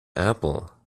apple